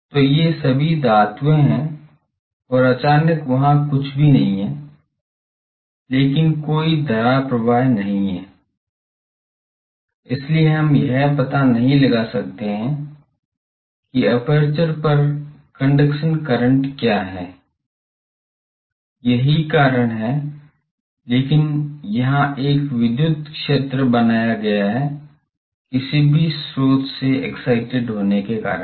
तो ये सभी धातुएं हैं और अचानक वहाँ कुछ भी नहीं है इसलिए कोई धारा प्रवाह नहीं है इसलिए हम यह पता नहीं लगा सकते हैं कि एपर्चर पर कंडक्शन करंट क्या है यही कारण है लेकिन यहाँ एक विद्युत क्षेत्र बनाया गया है किसी भी स्रोत से एक्साइटेड होने के कारण